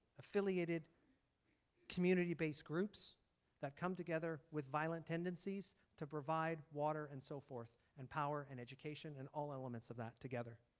affiliated community-based groups that come together with violent tendencies to provide water and so forth and power and education and all elements of that together.